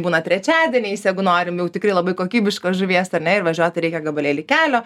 būna trečiadieniais jegu norim jau tikrai labai kokybiškos žuvies ar ne ir važiuoti reikia gabalėlį kelio